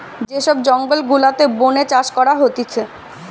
যে সব জঙ্গল গুলাতে বোনে চাষ করা হতিছে